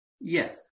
Yes